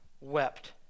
wept